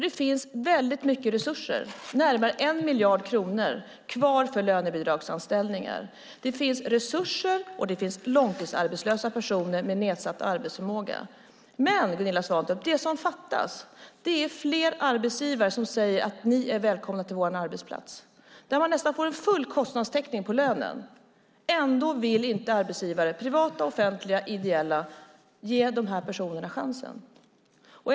Det finns mycket resurser, närmare 1 miljard kronor, kvar för lönebidragsanställningar. Det finns resurser och det finns långtidsarbetslösa personer med nedsatt arbetsförmåga. Men, Gunilla Svantorp, det som fattas är fler arbetsgivare som säger att de långtidsarbetslösa är välkomna till deras arbetsplatser. De får en nästan full kostnadstäckning för lönen. Ändå vill inte arbetsgivare - privata, offentliga, ideella - ge dessa personer en chans.